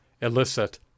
elicit